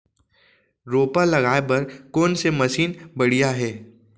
रोपा लगाए बर कोन से मशीन बढ़िया हे?